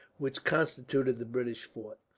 which constitute the british fort.